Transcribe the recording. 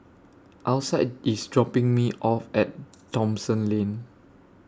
Alcide IS dropping Me off At Thomson Lane